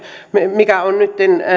mikä on nytten